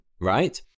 right